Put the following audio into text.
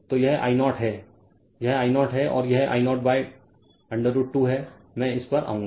तो यह I 0 है यह I 0 है और यह I 0 √ 2 है मैं इस पर आऊंगा